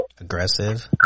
aggressive